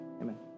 Amen